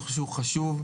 הוא חשוב.